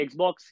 Xbox